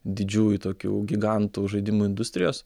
didžiųjų tokių gigantų žaidimų industrijos